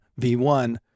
v1